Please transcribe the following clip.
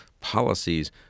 policies